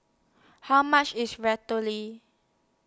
How much IS